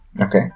Okay